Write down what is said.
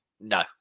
no